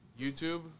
YouTube